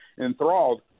enthralled